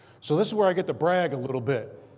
so this is where i get to brag a little bit.